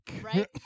Right